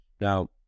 Now